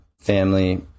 family